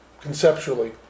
conceptually